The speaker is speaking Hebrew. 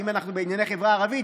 ואם אנחנו בענייני חברה ערבית,